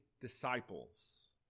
disciples